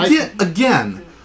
Again